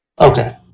okay